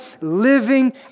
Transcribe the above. living